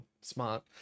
smart